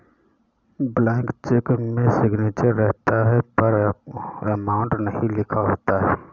blank cheque में signature रहता है पर अमाउंट नहीं लिखा होता है